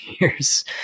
years